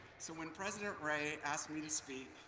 so when president ray asked me to speak,